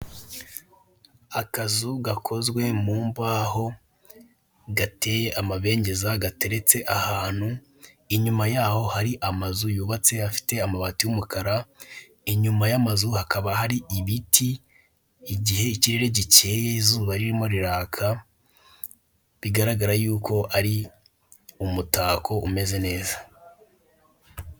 Akazu gakozwe mu mbaho gateye amabengeza gateretse ahantu, inyuma yaho hari amazu yubatse afite amabati y'umukara, inyuma y'amazu hakaba hari ibiti, igihe ikirere gikeye izuba ririmo riraka, bigaragara yuko ari umutako umeze neza.